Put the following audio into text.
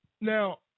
Now